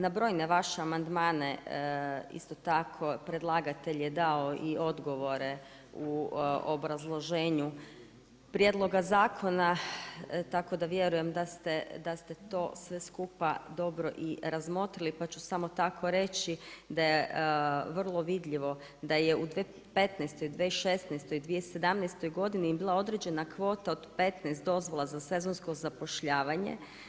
Na brojne vaše amandmane isto tako predlagatelj je dao i odgovore u obrazloženju prijedloga zakona, tako da vjerujem da ste to sve skupa dobro i razmotrili pa ću samo tako reći da je vrlo vidljivo da je u 2015., 2016., 2017. godini bila određena kvota od 15 dozvola za sezonsko zapošljavanje.